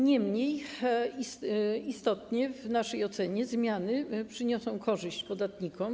Niemniej istotnie, w naszej ocenie, zmiany przyniosą korzyść podatnikom.